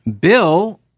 Bill